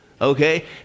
Okay